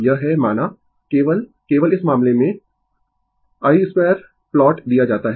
यह है माना केवल केवल इस मामले में i2 प्लॉट दिया जाता है